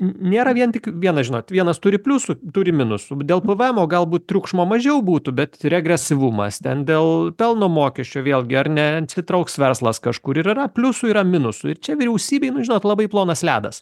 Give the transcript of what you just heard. nėra vien tik viena žinot vienas turi pliusų turi minusų dėl pvmo galbūt triukšmo mažiau būtų bet regresyvumas ten dėl pelno mokesčio vėlgi ar neatsitrauks verslas kažkur yra pliusų yra minusų ir čia vyriausybei nu žinot labai plonas ledas